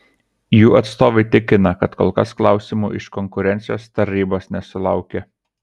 jų atstovai tikina kad kol kas klausimų iš konkurencijos tarybos nesulaukė